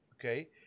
okay